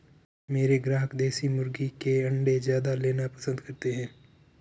मेरे ग्राहक देसी मुर्गी के अंडे ज्यादा लेना पसंद करते हैं